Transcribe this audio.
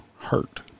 hurt